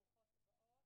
ברוכות הבאות.